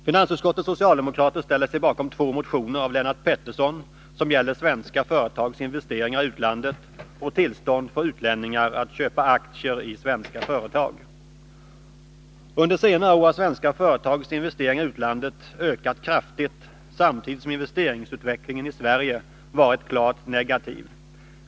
Finansutskottets socialdemokrater ställer sig bakom två motioner av Lennart Pettersson som gäller svenska företags investeringar i utlandet och tillstånd för utlänningar att köpa aktier i svenska företag. Under senare år har svenska företags investeringar i utlandet ökat kraftigt samtidigt som investeringsutvecklingen i Sverige varit klart negativ.